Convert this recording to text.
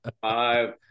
five